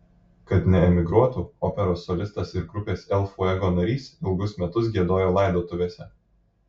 kad neemigruotų operos solistas ir grupės el fuego narys ilgus metus giedojo laidotuvėse